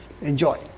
enjoy